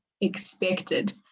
expected